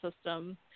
system